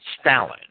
Stalin